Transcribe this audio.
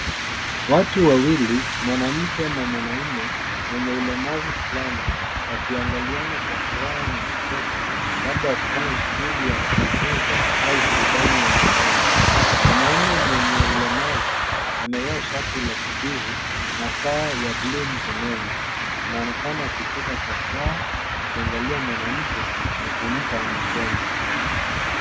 Watu wawili mwanamke na mwanaume mwenye ulemavu fulani wakiangaliana kwa furaha na kicheko labda wakifanya shughuli ya kujifunza au burudani ya nyumbani. Mwanamume mwenye ulemavu amevaa shati la kijivu na saa ya bluu mkononi. Anaonekana akicheka kwa furaha akiangalia mwanamke na kumpa mikono.